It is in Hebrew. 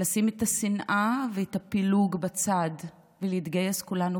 לשים את השנאה ואת הפילוג בצד ולהתגייס כולנו